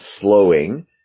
slowing